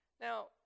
Now